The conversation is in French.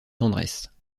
tendresse